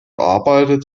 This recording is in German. arbeitet